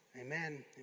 amen